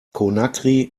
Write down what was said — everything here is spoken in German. conakry